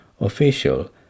official